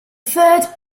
third